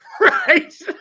right